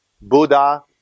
Buddha